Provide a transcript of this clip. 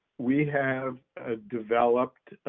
we have ah developed,